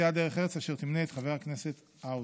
סיעת דרך ארץ, אשר תמנה את חבר הכנסת האוזר.